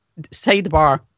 sidebar